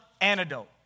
antidote